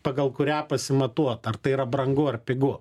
pagal kurią pasimatuot ar tai yra brangu ar pigu